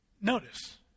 Notice